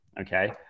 Okay